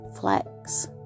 flex